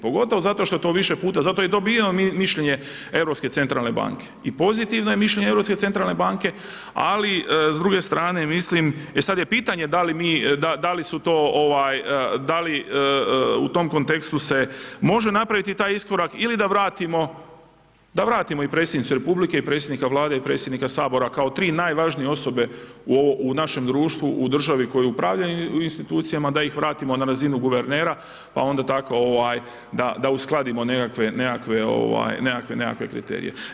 Pogotovo zato što to više puta, zato i dobivamo mišljenje Europske centralne banke i pozitivno je mišljenje Europske centralne banke, ali s druge strane, mislim, e sad je pitanje da li mi, da li su to, u tom kontekstu se može napraviti taj iskorak ili da vratimo i predsjednicu republike i predsjednika Vlade i predsjednika Sabora kao 3 najvažnije osobe u našem društvu u državi kojoj upravljaju institucijama, da ih vratimo na razinu guvernera pa onda tako, da uskladimo nekakve kriterije.